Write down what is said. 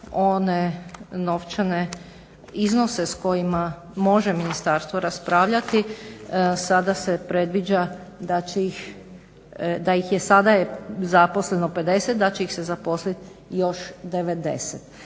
one novčane iznose s kojima može ministarstvo raspravljati sada se predviđa da ih je sada zaposleno 50, da će ih se zaposlit još 90.